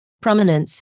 prominence